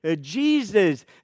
Jesus